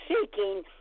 seeking